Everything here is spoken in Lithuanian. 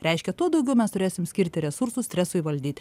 reiškia tuo daugiau mes turėsim skirti resursų stresui valdyt